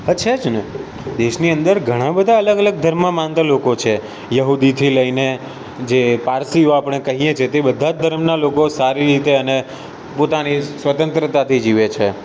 હા છે જ ને દેશની અંદર ઘણા બધા અલગ અલગ ધર્મમાં માનતા લોકો છે યહૂદીથી લઈને જે પારસીઓ આપણે કહીએ છે તે બધા જ ધરમનાં લોકો સારી રીતે અને પોતાની સ્વતંત્રતાથી જીવે છે